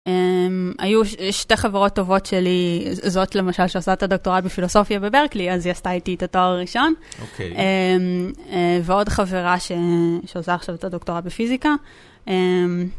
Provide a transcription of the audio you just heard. היו שתי חברות טובות שלי, זאת למשל שעושה את הדוקטורט בפילוסופיה בברקלי, אז היא עשתה איתי את התואר הראשון, ועוד חברה שעושה עכשיו את הדוקטורט בפיזיקה.